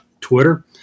Twitter